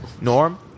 Norm